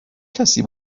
کسی